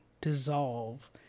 Dissolve